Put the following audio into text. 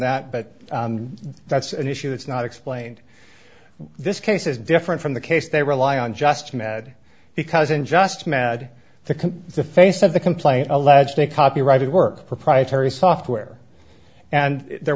that but that's an issue it's not explained this case is different from the case they rely on just mad because in just mad to the face of the complaint alleged a copyrighted work proprietary software and there